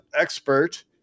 expert